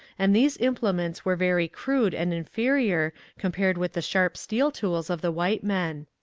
and these implements were very crude and inferior compared with the sharp steel tools of the white men.